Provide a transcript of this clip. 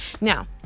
now